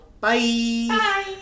Bye